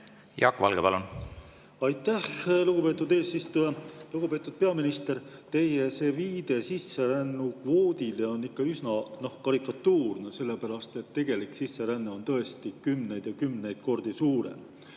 Jaak Valge, palun! Aitäh, lugupeetud eesistuja! Lugupeetud peaminister! Teie see viide sisserännukvoodile on ikka üsna karikatuurne, sellepärast et tegelik sisseränne on tõesti kümneid ja kümneid kordi suurem. Aga